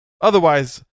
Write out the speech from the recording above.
Otherwise